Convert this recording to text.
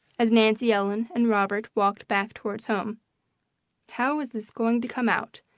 as nancy ellen and robert walked back toward home how is this going to come out?